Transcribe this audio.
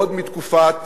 עוד מתקופת